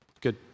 good